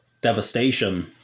devastation